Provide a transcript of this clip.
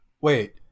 Wait